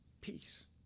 peace